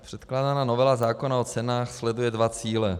Předkládaná novela zákona o cenách sleduje dva cíle.